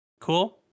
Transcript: Cool